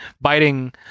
biting